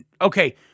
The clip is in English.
okay